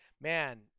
man